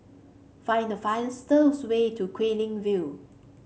find the fastest way to Guilin View